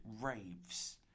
raves